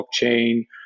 blockchain